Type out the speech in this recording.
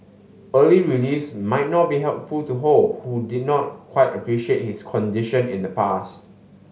early release might not be helpful to Ho who did not quite appreciate his condition in the past